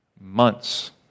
months